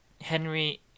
Henry